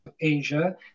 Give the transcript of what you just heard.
Asia